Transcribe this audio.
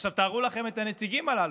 עכשיו, תארו לכם את הנציגים הללו,